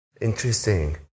Interesting